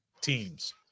teams